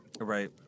Right